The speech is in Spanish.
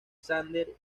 xander